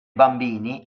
bambini